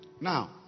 Now